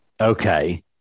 Okay